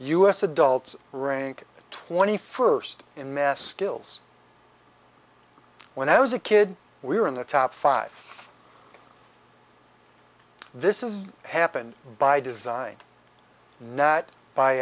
us adults rink twenty first in mass skills when i was a kid we're in the top five this is happened by design net by